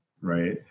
right